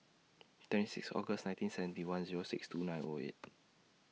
twenty six August nineteen seventy one Zero six two nine O eight